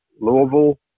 Louisville